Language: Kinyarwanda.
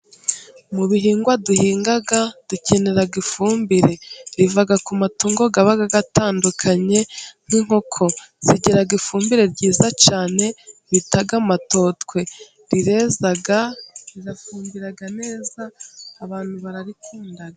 Mu bihingwa duhinga dukenera ifumbire, riva ku matungo aba atandukanye, nk'inkoko zigira ifumbire, ryiza cyane bita amatotwe, rireza rirafumbira neza, abantu bararikunda.